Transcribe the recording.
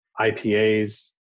IPAs